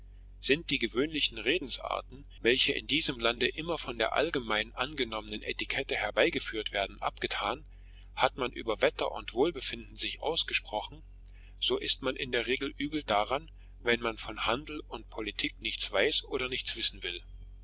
sind die gewöhnlichen redensarten welche in diesem lande immer von der allgemein angenommen etikette herbeigeführt werden abgetan hat man über wetter und wohlbefinden sich ausgesprochen so ist man in der regel übel daran wenn man von handel und politik nichts weiß oder nichts wissen will